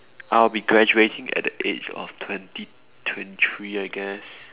I'll be graduating at the age of twenty twenty three I guess